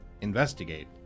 investigate